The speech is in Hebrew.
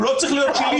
הוא לא צריך להיות שלי.